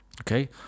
okay